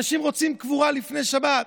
אנשים רוצים קבורה לפני שבת.